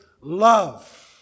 love